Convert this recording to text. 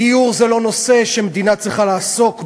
גיור זה לא נושא שמדינה צריכה לעסוק בו.